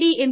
D M